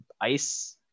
ice